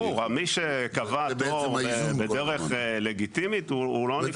מי שקבע תור בדרך לגיטימית, הוא לא נפגע.